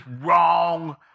wrong